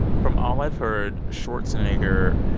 and from all i've heard, schwarzenegger,